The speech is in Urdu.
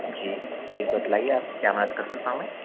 جی جی بتلائیے آپ کی کیا مدد کر سکتا ہوں میں